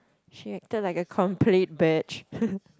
she acted like a complete bitch